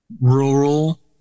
rural